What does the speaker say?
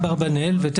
הערת ביניים, הכול בסדר.